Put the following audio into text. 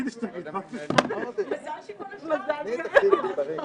שזה רבע מתקציב הספארי,